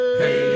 hey